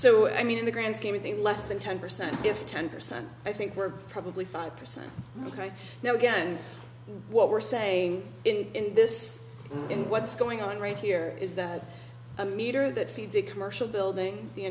so i mean in the grand scheme of things less than ten percent if ten percent i think we're probably five percent right now again what we're saying in this and what's going on right here is that a meter that feeds a commercial building the